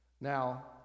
Now